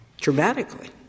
dramatically